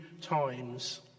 times